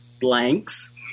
blanks